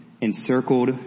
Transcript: encircled